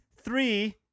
three